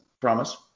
promise